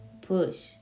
push